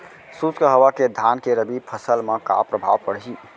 शुष्क हवा के धान के रबि फसल मा का प्रभाव पड़ही?